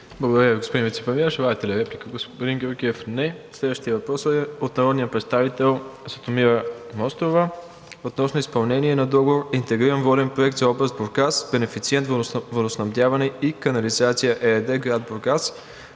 Благодаря, господин Вицепремиер. Желаете ли реплика, господин Георгиев? Не. Следващият въпрос е от народния представител Златомира Карагеоргиева-Мострова относно изпълнение на договор „Интегриран воден проект за област Бургас“, бенефициент „Водоснабдяване и канализация“ ЕАД, град Бургас,